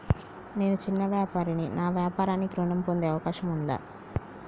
నేను చిన్న వ్యాపారిని నా వ్యాపారానికి ఋణం పొందే అవకాశం ఉందా?